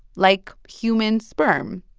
like human sperm.